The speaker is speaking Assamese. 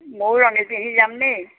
মইয়ো ৰঙীণ পিন্ধি যাম নেকি